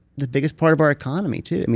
the biggest part of our economy too.